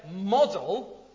model